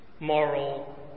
moral